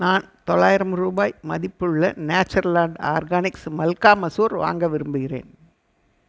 நான் தொள்ளாயிரம் ரூபாய் மதிப்புள்ள நேச்சர்லாண்டு ஆர்கானிக்ஸ் மல்கா மசூர் வாங்க விரும்புகிறேன்